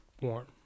warm